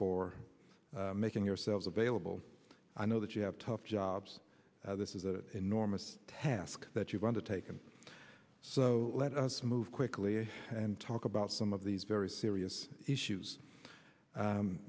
for making yourselves available i know that you have tough jobs this is an enormous task that you've undertaken so let us move quickly and talk about some of these very serious issues